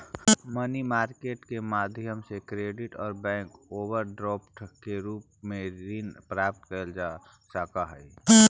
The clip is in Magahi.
मनी मार्केट के माध्यम से क्रेडिट और बैंक ओवरड्राफ्ट के रूप में ऋण प्राप्त कैल जा सकऽ हई